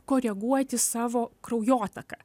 koreguoti savo kraujotaką